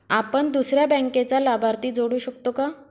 आपण दुसऱ्या बँकेचा लाभार्थी जोडू शकतो का?